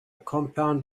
compound